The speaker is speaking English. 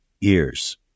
ears